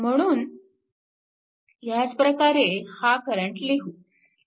म्हणून ह्याच प्रकारे हा करंट लिहू